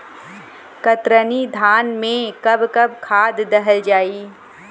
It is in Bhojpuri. कतरनी धान में कब कब खाद दहल जाई?